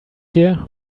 here